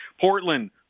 Portland